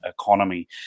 economy